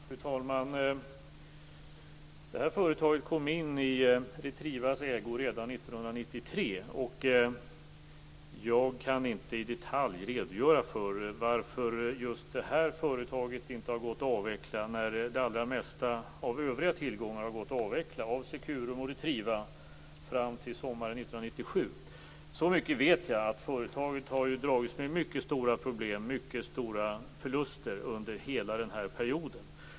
Fru talman! Det här företaget kom in i Retrivas ägo redan 1993. Jag kan inte i detalj redogöra för varför just det här företaget inte har gått att avveckla när det allra mesta av övriga tillgångar i Securum och Retriva har gått att avveckla fram till sommaren 1997. Så mycket vet jag som att företaget har dragits med mycket stora problem, mycket stora förluster, under hela den här perioden.